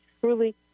truly—